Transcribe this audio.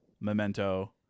Memento